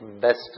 best